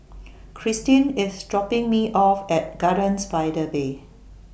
Christine IS dropping Me off At Gardens By The Bay